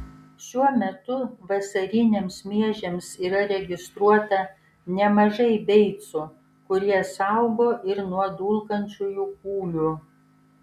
šiuo metu vasariniams miežiams yra registruota nemažai beicų kurie saugo ir nuo dulkančiųjų kūlių